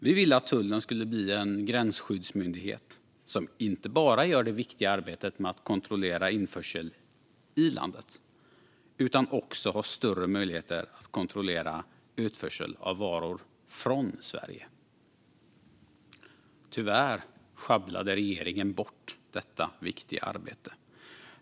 Vi ville att tullen skulle bli en gränsskyddsmyndighet som inte bara gör det viktiga arbetet med att kontrollera införseln i landet utan också har större möjligheter att kontrollera utförsel av varor från Sverige. Tyvärr sjabblade regeringen bort detta viktiga arbete.